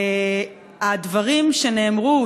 הדברים שנאמרו,